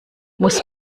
muss